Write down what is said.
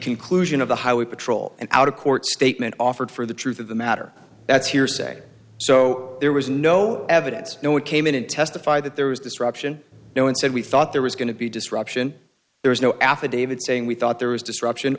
conclusion of the highway patrol and out of court statement offered for the truth of the matter that's hearsay so there was no evidence no one came in and testified that there was disruption no one said we thought there was going to be disruption there was no affidavit saying we thought there was disruption